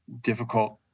difficult